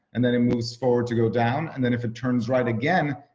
and then it moves forward to go down. and then if it turns right again,